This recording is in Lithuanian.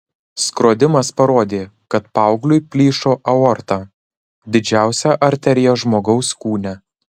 skrodimas parodė kad paaugliui plyšo aorta didžiausia arterija žmogaus kūne